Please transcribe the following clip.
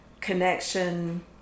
connection